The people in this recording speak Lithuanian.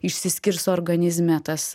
išsiskirs organizme tas